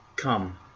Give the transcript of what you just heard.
Come